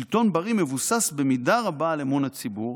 שלטון בריא מבוסס, במידה רבה, על אמון הציבור,